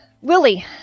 Willie